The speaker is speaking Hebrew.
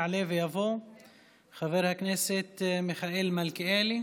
יעלה ויבוא מיכאל מלכיאלי.